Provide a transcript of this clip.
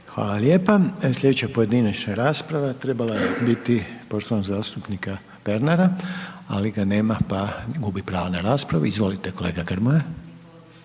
Hvala lijepa. Sljedeća pojedinačna rasprava trebala je biti poštovanog zastupnika Pernara, ali ga nema pa gubi pravo na raspravu, izvolite kolega Grmoja.